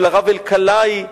והרב אלקלעי,